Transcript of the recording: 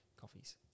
coffees